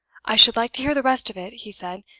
i should like to hear the rest of it, he said.